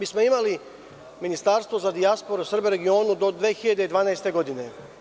Imali smo Ministarstvo za dijasporu i Srbe u regionu do 2012. godine.